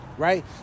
Right